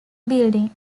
building